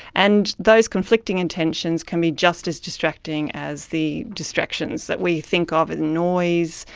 and those conflicting intentions can be just as distracting as the distractions that we think of in noise,